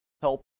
help